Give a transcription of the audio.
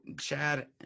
Chad